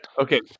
Okay